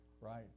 right